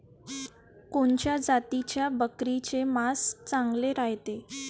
कोनच्या जातीच्या बकरीचे मांस चांगले रायते?